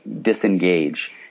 disengage